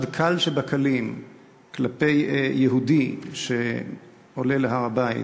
קל שבקלים כלפי יהודי שעולה להר-הבית,